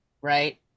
right